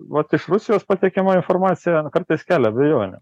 vat iš rusijos pateikiama informacija kartais kelia abejonių